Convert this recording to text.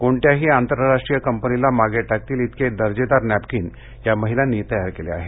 कोणत्याही आंतरराष्ट्रीय कंपनीला मागे टाकतील इतके दर्जेदार नॅपकिन या महिलांनी तयार केले आहेत